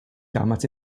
damals